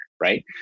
right